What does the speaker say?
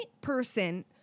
person